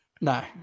No